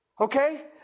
Okay